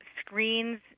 screens